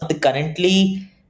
currently